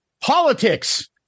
politics